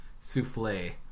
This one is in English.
souffle